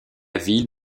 ville